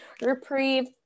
reprieve